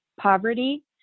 poverty